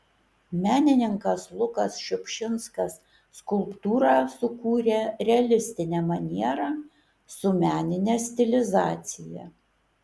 menininkas lukas šiupšinskas skulptūrą sukūrė realistine maniera su menine stilizacija